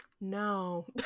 no